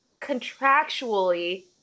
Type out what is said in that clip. contractually